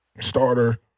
starter